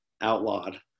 outlawed